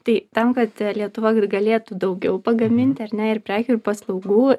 tai tam kad lietuva galėtų daugiau pagaminti ar ne ir prekių ir paslaugų